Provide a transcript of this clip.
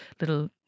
little